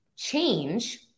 change